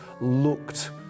looked